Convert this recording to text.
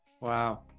Wow